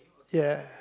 ya